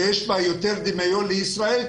שיש בה יותר דמיון לישראל,